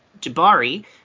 jabari